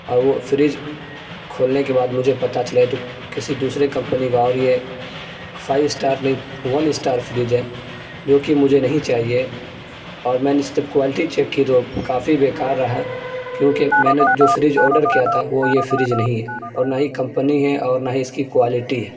اور وہ فریج کھولنے کے بعد مجھے پتہ چلا تو کسی دوسرے کمپنی کا ہے اور یہ فائیو اسٹار نہیں ون اسٹار فریج ہے جو کہ مجھے نہیں چاہیے اور میں نے صرف کوالٹی چیک کی تو کافی بیکار رہا ہے کیونکہ میں نے جو فریج آرڈر کیا تھا وہ یہ فریج نہیں ہے اور نہ ہی کمپنی ہے اور نہ ہی اس کی کوالٹی ہے